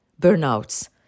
burnouts